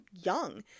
young